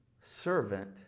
Servant